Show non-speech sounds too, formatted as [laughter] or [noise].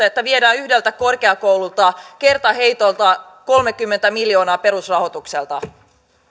[unintelligible] että viedään yhdeltä korkeakoululta kertaheitolla kolmekymmentä miljoonaa perusrahoituksesta